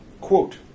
quote